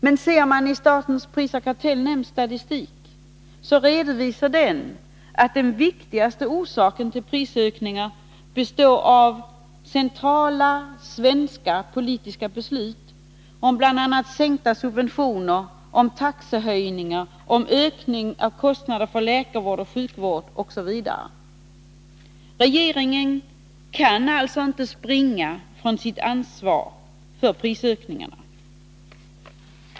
Men statens prisoch kartellnämnd kan i sin statistik redovisa att den viktigaste orsaken till prisökningarna består i centrala svenska politiska beslut om bl.a. sänkta subventioner, om taxehöjningar, om ökningar av kostnaden för läkarvård och sjukvård, osv. Regeringen kan alltså inte springa ifrån sitt ansvar för prisökningarna.